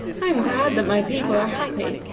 i am glad that my people are happy,